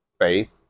faith